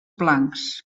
blancs